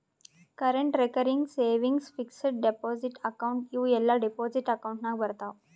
current, recurring, savings, fixed deposit account ಇವೂ ಎಲ್ಲಾ deposit account ನಾಗ್ ಬರ್ತಾವ್